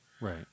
right